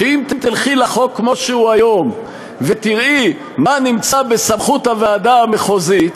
אם תלכי לחוק כמו שהוא היום ותראי מה נמצא בסמכות הוועדה המחוזית,